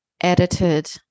edited